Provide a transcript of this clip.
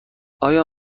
آیا